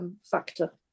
factor